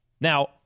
Now